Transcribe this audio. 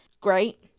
great